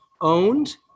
owned